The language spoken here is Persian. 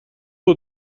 بود